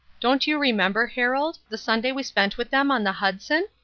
don't you remember, harold, the sunday we spent with them on the hudson?